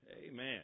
Amen